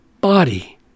body